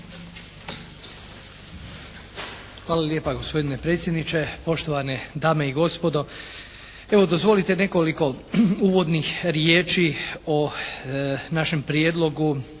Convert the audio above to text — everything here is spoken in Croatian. Hvala lijepa gospodine predsjedniče. Poštovane dame i gospodo, evo dozvolite nekoliko uvodnih riječi o našem prijedlogu,